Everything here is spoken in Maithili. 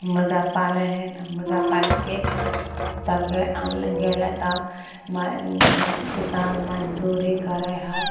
मुरगा पालै हइ ने मुरगा पालिके तब गे आनलै गेलै तब मै किसान मजदूरी करै हइ